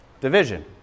division